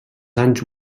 anys